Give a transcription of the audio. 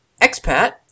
Expat